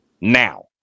now